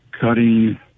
cutting